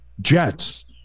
Jets